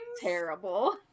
terrible